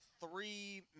Three